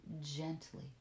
gently